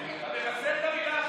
את המילה "אחדות".